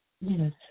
Yes